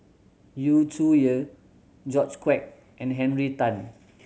Yu Zhuye George Quek and Henry Tan